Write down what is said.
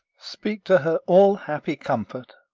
speak to her all happy comfort.